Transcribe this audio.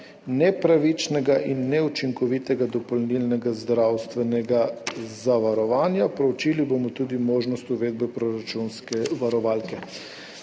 nepravičnega in neučinkovitega dopolnilnega zdravstvenega zavarovanja. Proučili bomo tudi možnost uvedbe proračunske varovalke.«